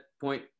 point